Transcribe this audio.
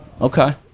Okay